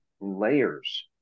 layers